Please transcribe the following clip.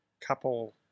couple